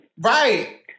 Right